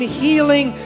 healing